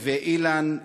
נווה-אילן,